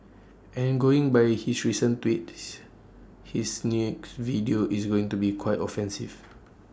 and going by his recent tweets his next video is going to be quite offensive